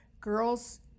Girls